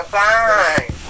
fine